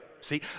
See